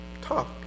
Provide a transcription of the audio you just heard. talk